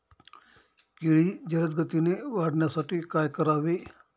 केळी जलदगतीने वाढण्यासाठी काय करावे?